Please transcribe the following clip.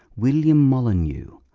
william molyneux,